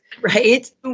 right